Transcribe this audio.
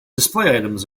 items